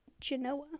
Genoa